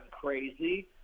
crazy